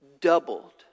doubled